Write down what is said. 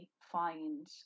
find